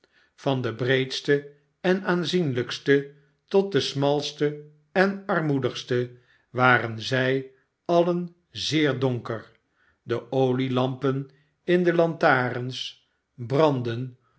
van de breedste en aanzienlijkste tot de smalste en armoedigste waren zij alien zeer donker de olielampen in de lantarens brandden